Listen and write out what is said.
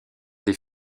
des